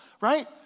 right